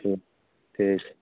हँ ठीक हइ